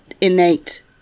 innate